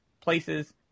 places